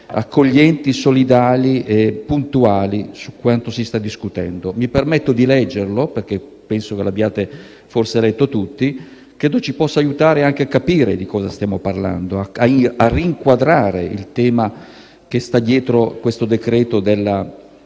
accoglienti, solidali e puntuali su quanto si sta discutendo. Mi permetto di leggerlo, anche se penso l'abbiate letto tutti, perché credo ci possa aiutare a capire di cosa stiamo parlando, a rinquadrare il tema che sta dietro il decreto clandestinità.